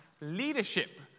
leadership